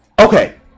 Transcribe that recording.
Okay